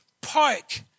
park